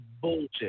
bullshit